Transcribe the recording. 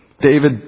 David